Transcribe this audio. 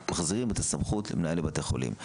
מחזירים את הסמכות למנהלי בתי החולים,